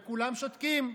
וכולם שותקים.